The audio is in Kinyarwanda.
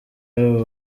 abo